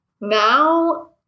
Now